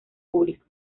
público